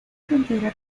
frontera